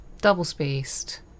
double-spaced